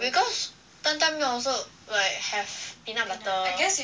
because 担担面 also like have peanut butter